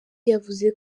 yavuze